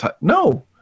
No